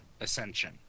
Ascension